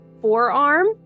forearm